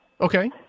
Okay